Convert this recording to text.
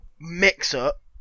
mix-up